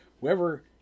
whoever